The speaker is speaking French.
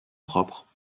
propre